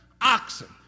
oxen